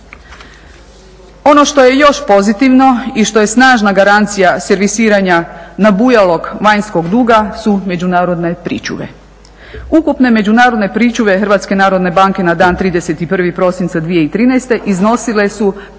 Ono što je još pozitivno i što je snažna garancija servisiranja nabujalog vanjskog duga su međunarodne pričuve. Ukupne međunarodne pričuve HNB-a na dan 31. prosinca 2013. iznosile su